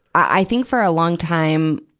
i think for a long time,